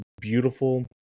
beautiful